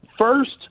first